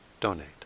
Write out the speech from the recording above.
donate